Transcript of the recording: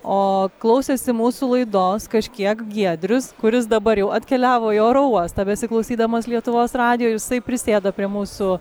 o klausėsi mūsų laidos kažkiek giedrius kuris dabar jau atkeliavo į oro uostą besiklausydamas lietuvos radijo ir jisai prisėdo prie mūsų